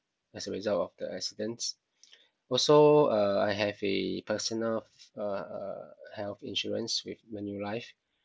as a result of the accident also uh I have a personal uh health insurance with manulife